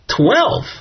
twelve